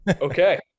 okay